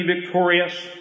victorious